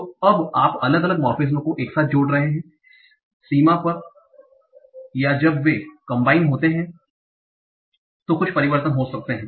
तो अब आप अलग अलग मोर्फेमेज़ को एक साथ जोड़ रहे हैं सीमा पर या जब वे होते हैं तो कुछ परिवर्तन हो सकते हैं